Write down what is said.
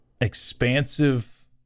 expansive